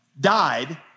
died